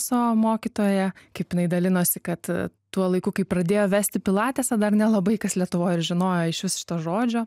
savo mokytoją kaip jinai dalinosi kad tuo laiku kai pradėjo vesti pilatesą dar nelabai kas lietuvoj ir žinojo iš vis šito žodžio